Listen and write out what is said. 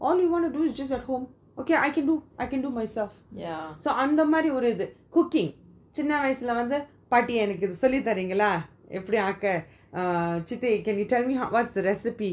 all you want to do is just at home okay I can do I can do myself so அந்த மாறி ஒரு இது:antha maari oru ithu uh cooking சின்ன வயசுல வந்து பாட்டி இது சொல்லி தரீங்களா எப்பிடி ஆக சிட்டி:chinna vayasula vanthu paati ithu solli tharingala epidi aaka chitti can you tell me ho~ what's the recipe